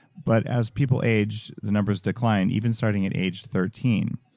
but as people age, the numbers decline, even starting at age thirteen.